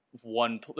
One